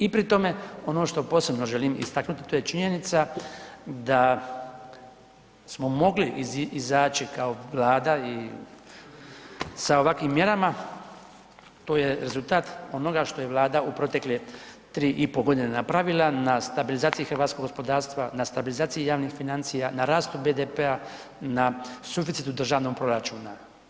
I pri tome ono što posebno želim istaknuti to je činjenica da smo mogli izaći kao Vlada i sa ovakvim mjerama to je rezultat onoga što je Vlada u protekle 3,5 godine napravila na stabilizaciji hrvatskog gospodarstva, na stabilizaciji javnih financija, na rastu BDP-a, na suficitu državnog proračuna.